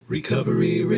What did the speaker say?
Recovery